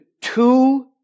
two